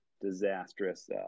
disastrous